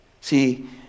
See